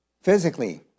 Physically